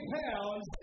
pounds